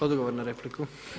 Odgovor na repliku.